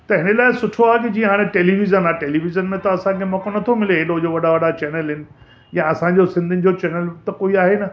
त हिन लाइ सुठो आहे कि जीअं हाणे टेलीविज़न आहे टेलीविज़न में त असांखे मौक़ो नथो मिले एॾो जो वॾा वॾा चैनल आहिनि या असांजो सिंधियुनि जो चैनल त कोई आहे न